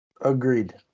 Agreed